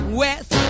west